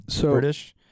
British